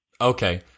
Okay